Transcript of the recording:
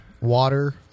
water